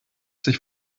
sich